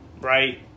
Right